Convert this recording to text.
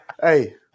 hey